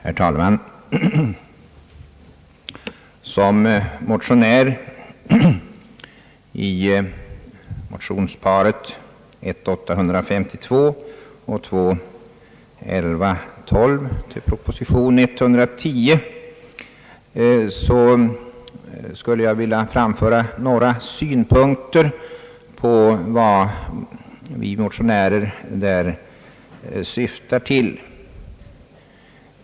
Herr talman! Som motionär i motionsparet I: 852 och II: 1112 med anledning av proposition 110 skulle jag vilja framföra några synpunkter på vad vi motionärer där syftar till.